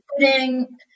putting